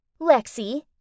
Lexi